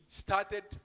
started